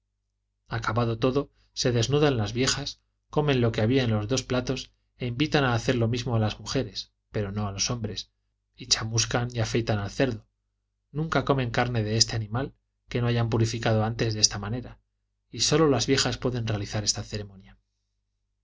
acabado todo se desnudan las viejas comen lo que había en los dos platos e invitan a hacer lo mismo a las mujeres pero no a los hombres y chamuscan y afeitan al cerdo nunca comen carne de este animal que no hayan purificado antes de esta manera y solo las viejas pueden realizar esta ceremonia